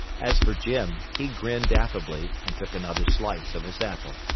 as for jim, he grinned affably, and took another slice of his apple